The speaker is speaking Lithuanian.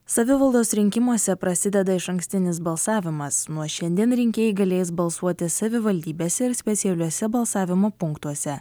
savivaldos rinkimuose prasideda išankstinis balsavimas nuo šiandien rinkėjai galės balsuoti savivaldybėse ir specialiuose balsavimo punktuose